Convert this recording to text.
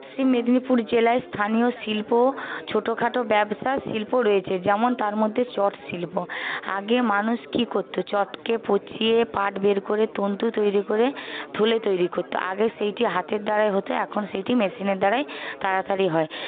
পশ্চিম মেদিনীপুর জেলায় স্থানীয় শিল্প ছোটোখাটো ব্যবসা শিল্প রয়েছে যেমন তার মধ্যে চটশিল্প আগে মানুষ কী করতো চটকে পচিয়ে পাট বের করে তন্তু তৈরি করে থলে তৈরি করতো আগে সেইটি হাতের দ্বারাই হত এখন সেইটি মেশিনের দ্বারায় তাড়াতাড়ি হয়